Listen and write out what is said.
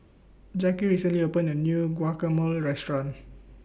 Jacque recently opened A New Guacamole Restaurant